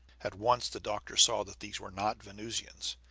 at once the doctor saw that these were not venusians